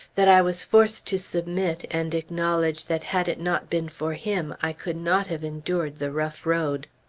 that i was forced to submit and acknowledge that had it not been for him i could not have endured the rough road.